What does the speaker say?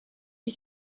you